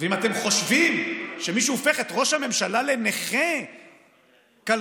ואם אתם חושבים שמישהו הופך את ראש הממשלה לנכה כלכלית,